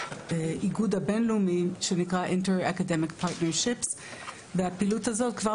באיגוד הבינלאומי שנקרא INTER ACADEMIC PARTNERSHIPS. הפעילות הזאת כבר